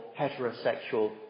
heterosexual